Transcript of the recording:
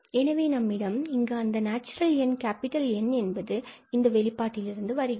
எனவே நம்மிடம் இங்கு அந்த நேச்சுரல் எண் N என்பது இந்த வெளிப்பாட்டில் இருந்து வருகிறது